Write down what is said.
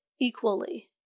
equally